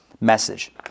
message